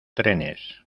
trenes